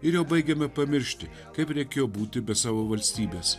ir jau baigiame pamiršti kaip reikėjo būti be savo valstybės